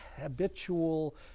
habitual